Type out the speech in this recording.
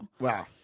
Wow